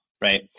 right